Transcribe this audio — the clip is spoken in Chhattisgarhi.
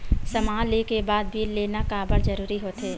समान ले के बाद बिल लेना काबर जरूरी होथे?